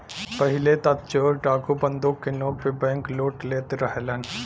पहिले त चोर डाकू बंदूक के नोक पे बैंकलूट लेत रहलन